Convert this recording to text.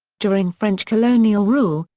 during french colonial rule,